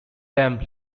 them